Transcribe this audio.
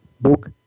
book